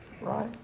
right